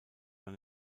man